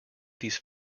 these